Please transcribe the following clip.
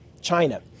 China